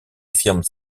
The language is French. affirme